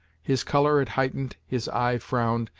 his color had heightened, his eye frowned,